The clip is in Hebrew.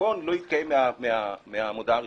החשבון לא יתקיים מהמודעה הראשונה.